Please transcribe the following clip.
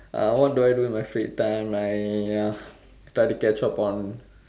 uh what do I do in my free time I uh try to catch up on